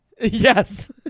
Yes